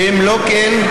שאם לא כן,